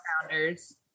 founders